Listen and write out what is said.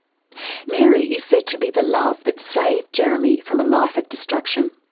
mary is said to be the love that saved jeremy from a life of destruction.